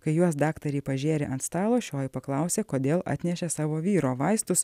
kai juos daktarei pažėrė ant stalo šioji paklausė kodėl atnešė savo vyro vaistus